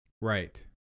Right